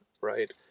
right